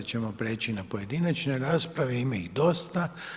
Sada ćemo prijeći na pojedinačne rasprave, ima ih dosta.